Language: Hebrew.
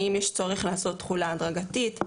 האם יש צורך לעשות תחולה הדרגתית,